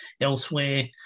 elsewhere